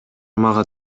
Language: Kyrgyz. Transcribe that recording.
мага